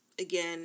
again